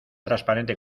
transparente